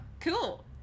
Cool